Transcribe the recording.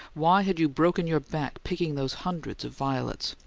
why had you broken your back picking those hundreds of violets?